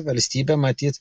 valstybė matyt